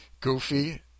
goofy